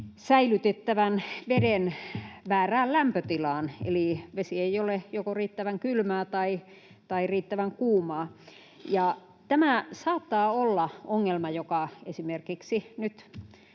säilytettävän veden väärään lämpötilaan, eli vesi ei ole joko riittävän kylmää tai riittävän kuumaa. Tämä saattaa olla ongelma, joka esimerkiksi nyt